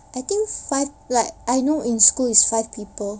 I think five like I know in school it's still five people